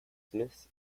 smiths